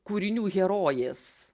kūrinių herojės